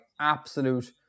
absolute